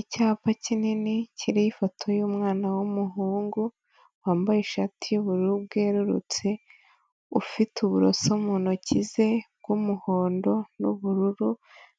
Icyapa kinini kirimoho ifoto yumwana wumuhungu, wambaye ishati yubururu bwerurutse ufite uburoso mu ntoki ze bw'umuhondo n'ubururu.